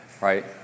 right